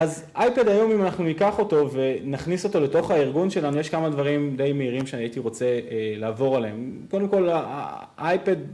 אז אייפד היום אם אנחנו ניקח אותו ונכניס אותו לתוך הארגון שלנו, יש כמה דברים די מהירים שאני הייתי רוצה לעבור עליהם, קודם כל האייפד